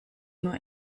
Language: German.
nur